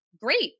great